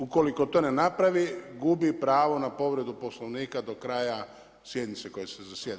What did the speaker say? Ukoliko to ne napravi, gubi pravo na povredu Poslovnika do kraja sjednice koja se zasjeda.